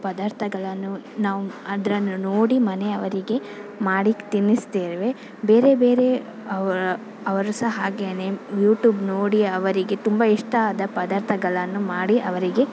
ಪದಾರ್ಥಗಳನ್ನು ನಾವು ಅದನ್ನು ನೋಡಿ ಮನೆಯವರಿಗೆ ಮಾಡಿ ತಿನ್ನಿಸ್ತೇವೆ ಬೇರೆ ಬೇರೆ ಅವ ಅವರು ಸಹ ಹಾಗೆಯೇ ಯೂಟ್ಯೂಬ್ ನೋಡಿ ಅವರಿಗೆ ತುಂಬ ಇಷ್ಟ ಆದ ಪದಾರ್ಥಗಳನ್ನು ಮಾಡಿ ಅವರಿಗೆ